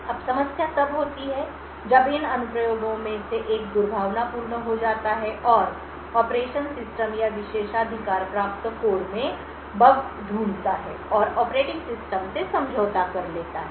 अब समस्या तब होती है जब इन अनुप्रयोगों में से एक दुर्भावनापूर्ण हो जाता है और ऑपरेशन सिस्टम या विशेषाधिकार प्राप्त कोड में बग ढूंढता है और ऑपरेटिंग सिस्टम से समझौता कर लेता है